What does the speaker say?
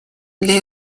для